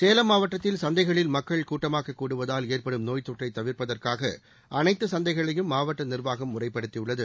சேலம் மாவட்டத்தில் சந்தைகளில் மக்கள் கூட்டமாக கூடுவதால் ஏற்படும் நோய்த்தொற்றை தவிா்ப்பதற்காக அனைத்து சந்தைகளையும் மாவட்ட நிா்வாகம் முறைப்படுத்தியுள்ளது